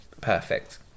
perfect